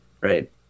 Right